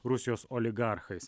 rusijos oligarchais